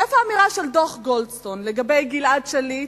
איפה האמירה של דוח גולדסטון לגבי גלעד שליט,